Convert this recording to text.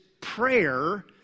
prayer